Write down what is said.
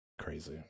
Crazy